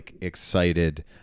excited